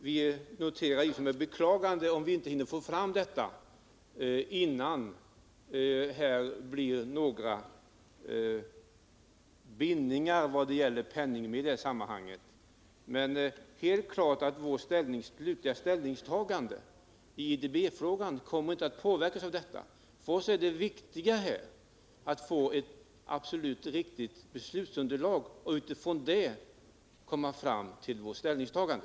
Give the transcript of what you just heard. Vi noterar med beklagande om vi inte hinner få fram detta innan det blir bindningar för mera pengar i sammanhanget. Men det är helt klart att vårt slutliga ställningstagande i IDB-frågan inte kommer att påverkas av detta. För oss är det viktigt att få ett absolut riktigt beslutsunderlag för vårt ställningstagande.